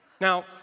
Now